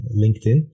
LinkedIn